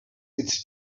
its